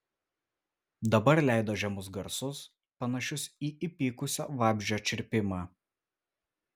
dabar leido žemus garsus panašius į įpykusio vabzdžio čirpimą